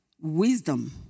wisdom